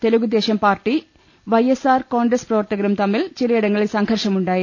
തെലു ങ്കുദേശം party YSR Congress പ്രവർത്തകരും തമ്മിൽ ചിലയിടങ്ങളിൽ സംഘർഷമുണ്ടായി